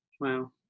Wow